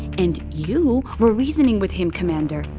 and you were reasoning with him, commander.